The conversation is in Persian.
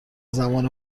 زمان